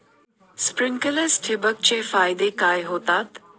Sprinklers ठिबक चे फायदे काय होतात?